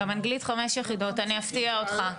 גם אנגלית חמש יחידות, אני אפתיע אותך.